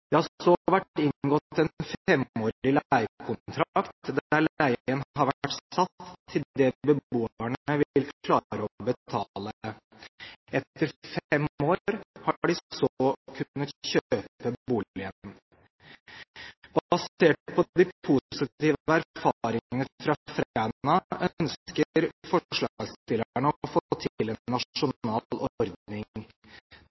Det har så vært inngått en femårig leiekontrakt, der leien har vært satt til det beboerne vil klare å betale. Etter fem år har de så kunnet kjøpe boligen. Basert på de positive erfaringene fra Fræna ønsker